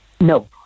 No